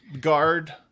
guard